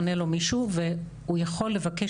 עונה לו מישהו והוא יכול לבקש,